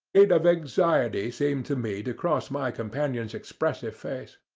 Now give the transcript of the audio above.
a shade of anxiety seemed to me to cross my companion's expressive face.